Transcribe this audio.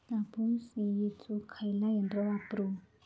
कापूस येचुक खयला यंत्र वापरू?